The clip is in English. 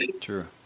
True